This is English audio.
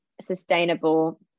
sustainable